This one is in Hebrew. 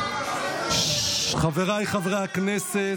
חבריי חברי הכנסת.